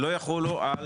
יחולו על